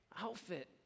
outfit